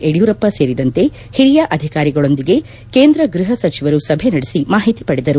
ಯಡಿಯೂರಪ್ಪ ಸೇರಿದಂತೆ ಹಿರಿಯ ಅಧಿಕಾರಿಗಳೊಂದಿಗೆ ಕೇಂದ್ರ ಗೃಹ ಸಚಿವರು ಸಭೆ ನಡೆಸಿ ಮಾಹಿತಿ ಪಡೆದರು